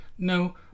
No